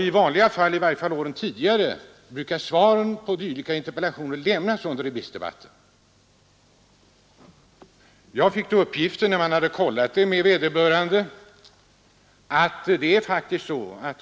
I varje fall under de närmast föregående åren har svar på interpellationer rörande sysselsättningen lämnats under remissdebatten. Sedan kansliet kollat med vederbörande departement fick jag emellertid beskedet att ”den här uppgiften är faktiskt riktig.